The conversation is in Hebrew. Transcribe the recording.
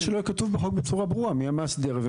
שלא יהיה כתוב בחוק בצורה ברורה מי המאסדר?